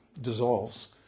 dissolves